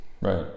Right